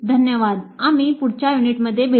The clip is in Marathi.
धन्यवाद आणि आम्ही पुढच्या युनिटमध्ये भेटू